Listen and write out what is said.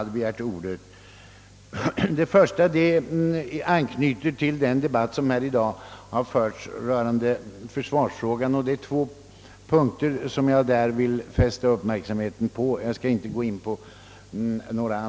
Den första anknyter till den debatt som här i dag har förts rörande försvarsfrågan. Det är två punkter som jag därvid vill fästa uppmärksamheten på.